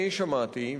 אני שמעתי,